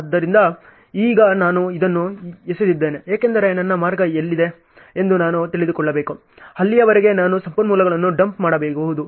ಆದ್ದರಿಂದ ಈಗ ನಾನು ಇದನ್ನು ಎಸೆದಿದ್ದೇನೆ ಏಕೆಂದರೆ ನನ್ನ ಮಾರ್ಗ ಎಲ್ಲಿದೆ ಎಂದು ನಾನು ತಿಳಿದುಕೊಳ್ಳಬೇಕು ಅಲ್ಲಿಯವರೆಗೆ ನಾನು ಸಂಪನ್ಮೂಲಗಳನ್ನು ಡಂಪ್ ಮಾಡಬಹುದು